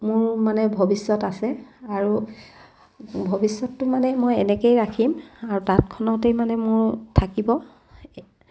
মোৰ মানে ভৱিষ্যত আছে আৰু ভৱিষ্যতটো মানে মই এনেকেই ৰাখিম আৰু তাঁতখনতেই মানে মোৰ থাকিব